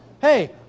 hey